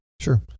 Sure